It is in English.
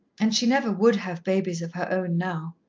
and she never would have babies of her own now.